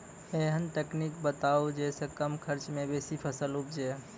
ऐहन तकनीक बताऊ जै सऽ कम खर्च मे बेसी फसल उपजे?